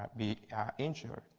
be injured?